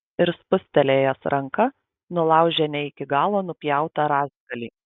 ir spūstelėjęs ranka nulaužė ne iki galo nupjautą rąstgalį